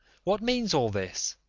what means all this?